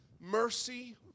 mercy